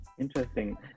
Interesting